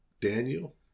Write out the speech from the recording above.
Daniel